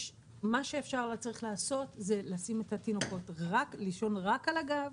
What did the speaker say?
מה שאפשר וצריך לעשות זה לשים את התינוקות לישון רק על הגב,